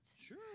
Sure